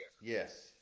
Yes